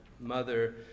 mother